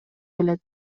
келет